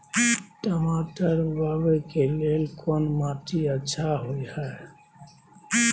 टमाटर उगाबै के लेल कोन माटी अच्छा होय है?